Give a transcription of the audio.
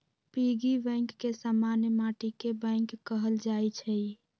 piggy bank के समान्य माटिके बैंक कहल जाइ छइ